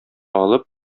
алып